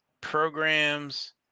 programs